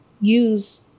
use